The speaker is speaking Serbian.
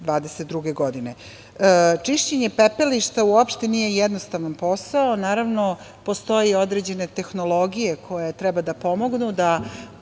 2022. godine. Čišćenje pepelišta uopšte nije jednostavan posao. Naravno, postoje i određene tehnologije koje treba da pomognu